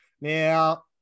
Now